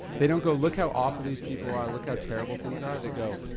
they don't go, look how awful these people are, look how terrible things are, they go,